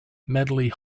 medley